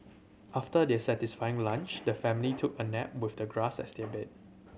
after their satisfying lunch the family took a nap with the grass as their bed